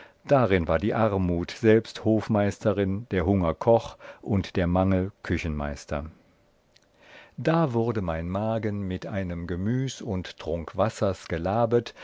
darin war die armut selbst hofmeisterin der hunger koch und der mangel küchenmeister da wurde mein magen mit einem gemüs und trunk wassers gelabet